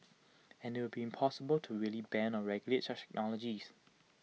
and IT would be impossible to really ban or regulate such technologies